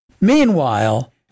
Meanwhile